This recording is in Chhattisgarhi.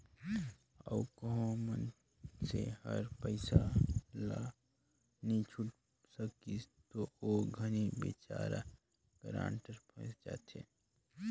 अउ कहों मइनसे हर पइसा ल नी छुटे सकिस ता ओ घनी बिचारा गारंटर फंइस जाथे